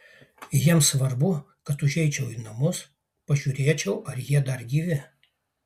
jiems svarbu kad užeičiau į namus pažiūrėčiau ar jie dar gyvi